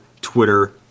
Twitter